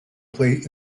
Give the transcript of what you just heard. play